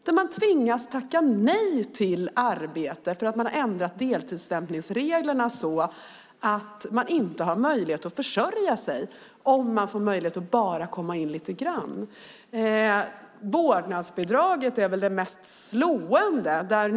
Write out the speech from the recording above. De tvingas tacka nej till arbete eftersom deltidsstämplingsreglerna ändrats så att de inte kan försörja sig om de endast får möjlighet att komma in på arbetsmarknaden lite grann. Vårdnadsbidraget torde vara det mest slående exemplet.